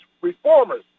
reformers